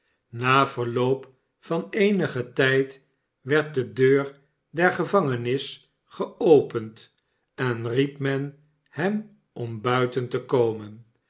na verloop van eenigen tijd werd de deur der gevangenis geopend en riep men hem om buiten te komen